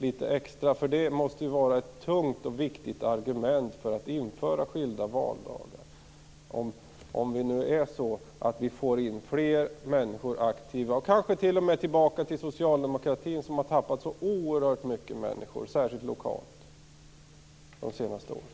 Att fler människor blir aktiva måste vara ett tungt och viktigt argument för införande av skilda valdagar. Kanske kommer de t.o.m. tillbaka till socialdemokratin, som har tappat så oerhört mycket människor under de senaste åren, särskilt lokalt.